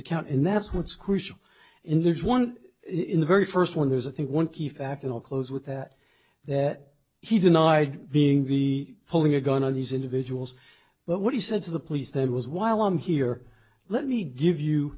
account and that's what's crucial and there's one in the very first one there's i think one key fact and i'll close with that that he denied being the pulling a gun on these individuals but what he said to the police there was while i'm here let me give you